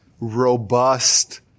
robust